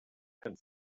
and